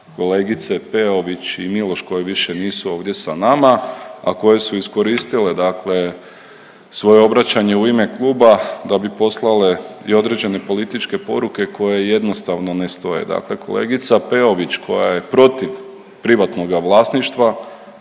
kolegice Peović i Miloš koje više nisu ovdje sa nama, a koje su iskoristile dakle svoje obraćanje u ime kluba, da bi poslale i određene političke poruke koje jednostavno ne stoje. Dakle, kolegica Peović koja je protiv privatnoga vlasništva